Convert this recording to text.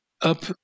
up